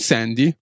Sandy